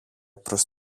προς